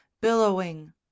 billowing